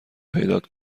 پیدات